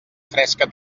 fresca